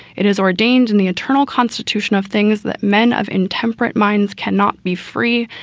it is ordained in the internal constitution of things that men of intemperate minds cannot be free.